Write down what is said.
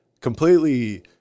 completely